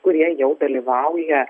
kurie jau dalyvauja